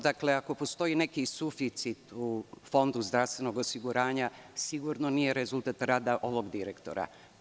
Dakle, ako postoji neki suficit u Fondu zdravstvenog osiguranja, sigurno nije rezultat rada ovog direktora.